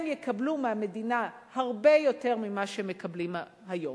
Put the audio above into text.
הם יקבלו מהמדינה הרבה יותר ממה שמקבלים היום,